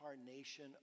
incarnation